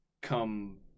come